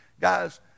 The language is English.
Guys